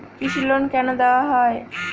কৃষি লোন কেন দেওয়া হয়?